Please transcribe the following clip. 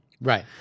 Right